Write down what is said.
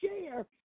share